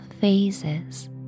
phases